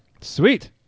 Sweet